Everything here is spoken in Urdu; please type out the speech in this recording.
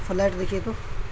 فلائٹ دیکھیے تو